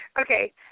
Okay